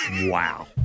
Wow